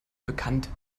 bekannt